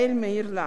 הרב לאו